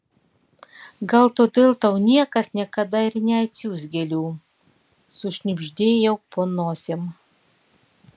gal todėl tau niekas niekada ir neatsiųs gėlių sušnibždėjau po nosim